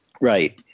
Right